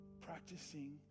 practicing